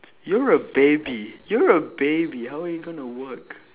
you're a baby you're a baby how are you gonna work